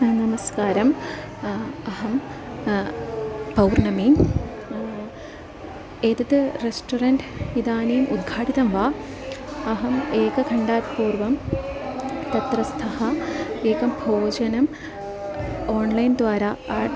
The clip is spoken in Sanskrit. नमस्कारम् अहं पौर्णमी एतत् रेस्टोरेण्ट् इदानीम् उद्घाटितं वा अहम् एकघण्टात् पूर्वं तत्रस्थः एकं भोजनम् ओण्लैन् द्वारा आड्